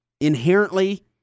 inherently